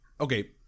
Okay